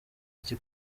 iki